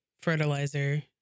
fertilizer